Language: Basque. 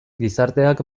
gizarteak